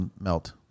melt